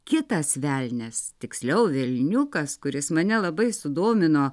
kitas velnias tiksliau velniukas kuris mane labai sudomino